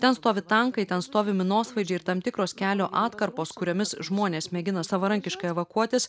ten stovi tankai ten stovi minosvaidžiai ir tam tikros kelio atkarpos kuriomis žmonės mėgina savarankiškai evakuotis